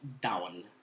down